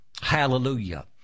Hallelujah